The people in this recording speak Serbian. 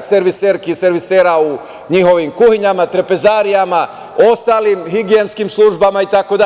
serviserki, servisera u njihovim kuhinjama, trpezarijama, ostalim higijenskim službama itd.